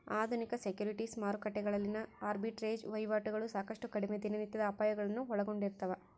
ಆಧುನಿಕ ಸೆಕ್ಯುರಿಟೀಸ್ ಮಾರುಕಟ್ಟೆಗಳಲ್ಲಿನ ಆರ್ಬಿಟ್ರೇಜ್ ವಹಿವಾಟುಗಳು ಸಾಕಷ್ಟು ಕಡಿಮೆ ದಿನನಿತ್ಯದ ಅಪಾಯಗಳನ್ನು ಒಳಗೊಂಡಿರ್ತವ